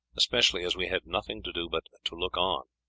especially as we had nothing to do but to look on.